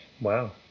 Wow